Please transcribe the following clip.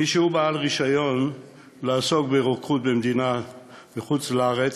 מי שהוא בעל רישיון לעסוק ברוקחות במדינה בחוץ-לארץ,